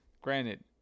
Granted